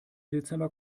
dezember